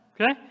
okay